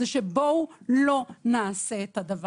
זה שבואו לא נעשה את זה.